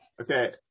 Okay